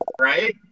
right